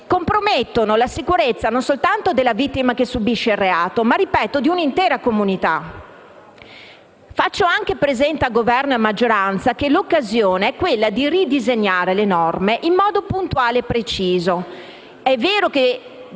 compromettono la sicurezza non soltanto della vittima che subisce il reato, ma - ripeto - di un'intera comunità. Faccio anche presente a Governo e maggioranza che l'occasione è quella di ridisegnare le norme in modo puntuale e preciso.